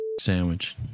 sandwich